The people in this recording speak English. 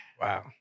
Wow